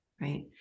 right